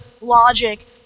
logic